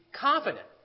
confident